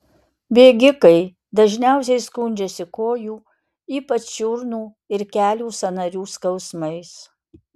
bėgikai dažniausiai skundžiasi kojų ypač čiurnų ir kelių sąnarių skausmais